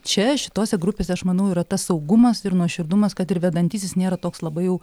čia šitose grupėse aš manau yra tas saugumas ir nuoširdumas kad ir vedantysis nėra toks labai jau